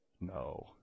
no